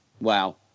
wow